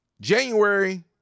January